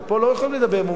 אבל פה לא יכולים לדבר מומחים,